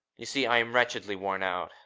you see, i'm wretchedly worn out.